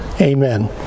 Amen